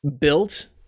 built